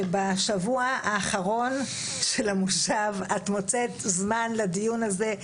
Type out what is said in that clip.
שבשבוע האחרון של המושב את מוצאת זמן לדיון הזה.